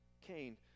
Cain